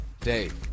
Dave